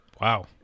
Wow